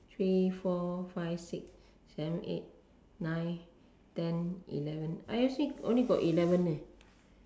three four five six seven eight nine ten eleven ah see only got eleven leh